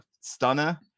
stunner